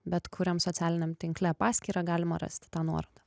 bet kuriam socialiniam tinkle paskyrą galima rasti tą nuorodą